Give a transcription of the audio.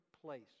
place